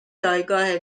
جایگاه